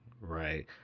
Right